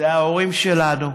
זה ההורים שלנו,